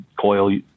coil